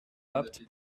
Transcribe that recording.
bapt